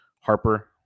Harper